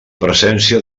presència